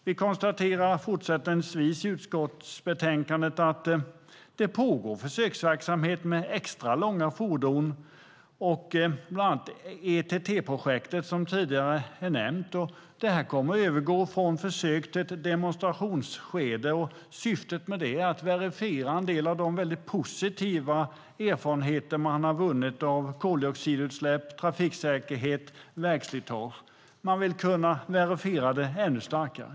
Vi konstaterar fortsättningsvis i utskottsbetänkandet att det pågår försöksverksamhet med extra långa fordon, bland annat ETT-projektet som nämnts tidigare. Det här kommer att övergå från försök till ett demonstrationsskede, och syftet med det är att verifiera en del av de väldigt positiva erfarenheter man har vunnit när det gäller koldioxidutsläpp, trafiksäkerhet och vägslitage. Man vill kunna verifiera det ännu starkare.